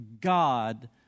God